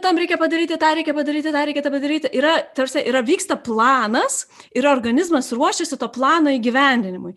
tam reikia padaryti tą reikia padaryti tą reikia tą padaryti yra tarsi yra vyksta planas ir organizmas ruošiasi to plano įgyvendinimui